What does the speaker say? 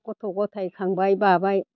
गथ' गथाय खांबाय बाबाय